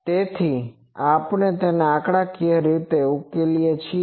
તેથી જ આપણે તેને આંકડાકીય રીતે ઉકેલીએ છીએ